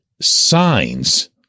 signs